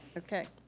okay,